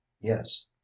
yes